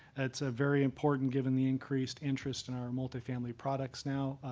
that's a very important, given the increased interest in our multifamily products now.